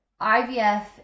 IVF